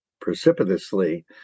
precipitously